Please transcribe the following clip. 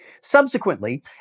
Subsequently